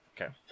okay